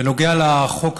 בנוגע לחוק הזה,